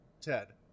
Ted